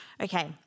Okay